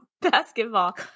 basketball